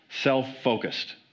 self-focused